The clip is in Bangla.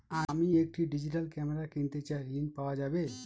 আমি একটি ডিজিটাল ক্যামেরা কিনতে চাই ঝণ পাওয়া যাবে?